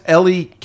Ellie